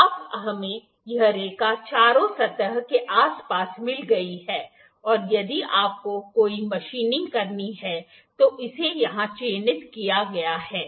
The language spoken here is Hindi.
अब हमें यह रेखा चारों सतहों के आसपास मिल गई है और यदि आपको कोई मशीनिंग करनी है तो इसे यहां चिह्नित किया गया है